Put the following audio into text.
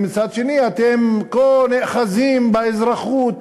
מצד שני אתם כה נאחזים באזרחות,